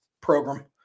program